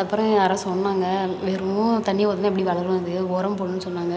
அப்புறம் யாரோ சொன்னாங்க வெறும் தண்ணி ஊற்றுனா எப்படி வளரும் அது உரம் போடணும்னு சொன்னாங்க